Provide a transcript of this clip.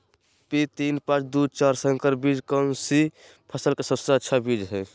P तीन पांच दू चार संकर बीज कौन सी फसल का सबसे अच्छी बीज है?